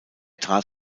trat